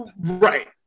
Right